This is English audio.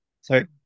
sorry